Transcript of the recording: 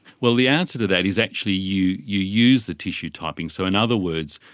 well, the answer to that is actually you you use the tissue typing. so in other words,